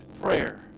prayer